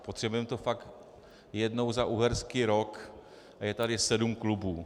Potřebujeme to fakt jednou za uherský rok a je tady sedm klubů.